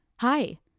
Hi